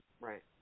Right